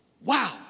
wow